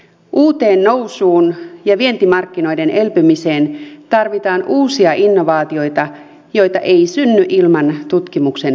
uuteen nousuun ja vientimarkkinoiden elpymiseen tarvitaan uusia innovaatioita joita ei synny ilman tutkimuksen resursseja